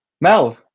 Mel